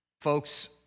folks